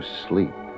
sleep